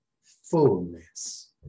fullness